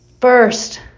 first